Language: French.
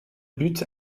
but